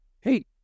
Hey